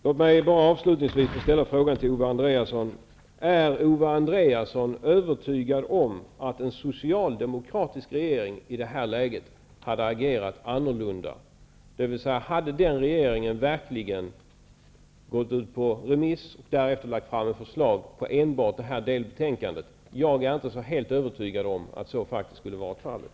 Låt mig avslutningsvis ställa en fråga till Owe Andréasson: Är Owe Andréasson övertygad om att en socialdemokratisk regering i det här läget hade agerat annorlunda, dvs. hade den regeringen verkligen skickat delbetänkandet ut på remiss och därefter lagt fram ett förslag på enbart detta delbetänkande? Jag är inte helt övertygad om att så faktiskt skulle ha varit fallet.